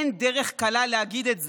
אין דרך קלה להגיד את זה.